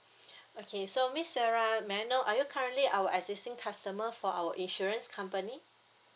okay so miss sarah may I know are you currently our existing customer for our insurance company